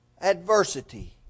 adversity